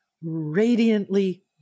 radiantly